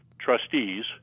trustees